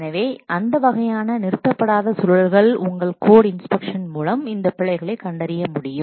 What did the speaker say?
எனவே அந்த வகையான நிறுத்தப்படாத சுழல்கள் உங்கள் கோட் இன்ஸ்பெக்ஷன் மூலம் இந்த பிழைகளையும் கண்டறிய முடியும்